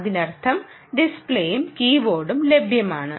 അതിനർത്ഥം ഡിസ്പ്ലേയും കീബോർഡും ലഭ്യമാണ്